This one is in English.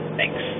Thanks